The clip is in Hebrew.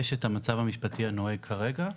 יש את המצב המשפטי הנוהג כרגע,